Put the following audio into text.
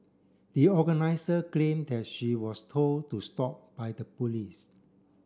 the organiser claimed that she was told to stop by the police